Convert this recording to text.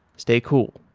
stay cool.